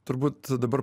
turbūt dabar